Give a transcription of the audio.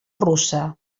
russa